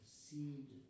seed